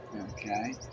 Okay